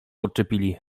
odczepili